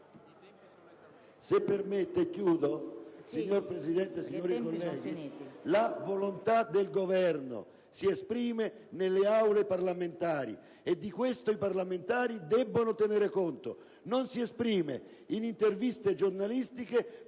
la volontà del Governo si esprime nelle Aule parlamentari - e di questo i parlamentari devono tener conto - e non attraverso interviste giornalistiche,